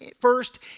first